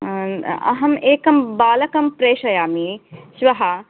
अहं एकं बालकं प्रेषयामि श्वः